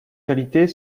qualités